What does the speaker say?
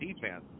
defense